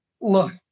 look